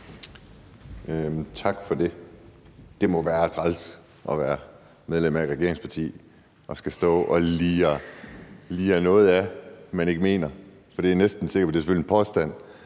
Tak for det. Det må være træls at være medlem af et regeringsparti og skulle stå og lire noget af, man ikke mener. Det er selvfølgelig en påstand,